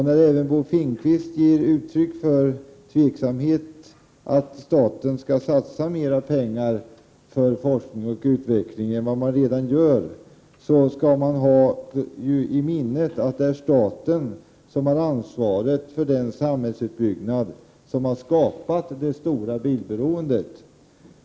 När även Bo Finnkvist ger uttryck för tvivel om att staten bör satsa mer pengar på forskning och utveckling än vad man redan gör, skall man ha i minnet att det är staten som har ansvaret för den samhällsutbyggnad som har skapat det stora bilberoendet.